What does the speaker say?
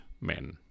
men